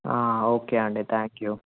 okay అండి thank you